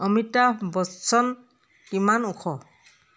অমিতাভ বচ্চন কিমান ওখ